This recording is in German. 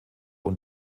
und